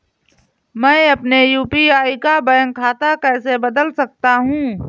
मैं अपने यू.पी.आई का बैंक खाता कैसे बदल सकता हूँ?